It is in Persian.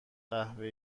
قهوه